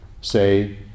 say